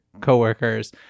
coworkers